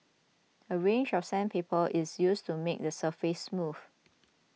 a range of sandpaper is used to make the surface smooth